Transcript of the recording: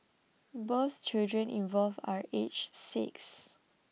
both children involved are aged six